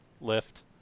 lift